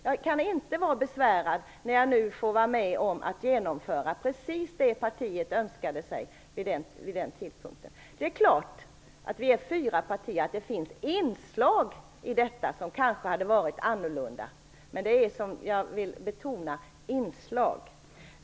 Jag kan inte vara besvärad när jag nu får vara med om att genomföra precis det partiet önskade sig vid den tidpunkten. Vi är fyra partier i regeringen. Det är klart att det finns inslag i detta som kanske hade kunnat vara annorlunda. Men jag vill betona att det rör sig om inslag.